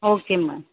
okay ma'am